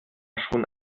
schon